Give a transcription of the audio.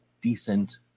decent